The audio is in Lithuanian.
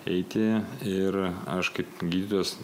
eiti ir aš kaip gydytojas